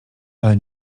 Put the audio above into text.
ale